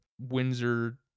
Windsor